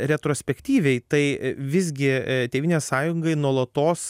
retrospektyviai tai visgi tėvynės sąjungai nuolatos